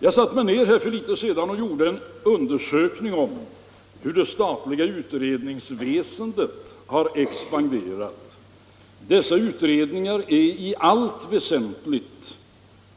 Jag satte mig ned för litet sedan och gjorde en undersökning om hur det statliga utredningsväsendet har expanderat. Dessa utredningar är i allt väsentligt